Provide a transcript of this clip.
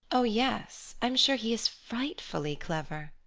oh yes i'm sure he is frightfully clever.